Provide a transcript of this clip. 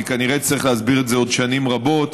אני כנראה צריך להסביר את זה עוד שנים רבות,